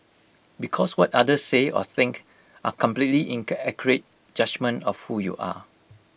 because what others say or think are completely Inca accurate judgement of who you are